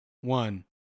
one